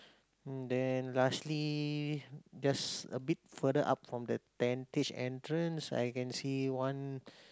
mm then lastly just a bit further up from the tentage entrance I can see one